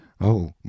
Oh